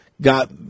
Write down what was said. got